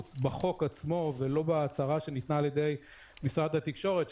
בחוק עצמו ולא רק בהצהרה שניתנה על ידי משרד התקשורת.